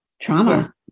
Trauma